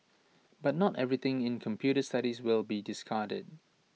but not everything in computer studies will be discarded